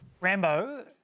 Rambo